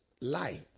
lie